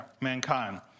mankind